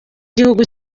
igihugu